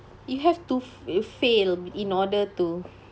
you have to f~ fail in order to